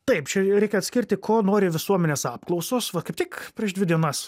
taip čia reikia atskirti ko nori visuomenės apklausos va kaip tik prieš dvi dienas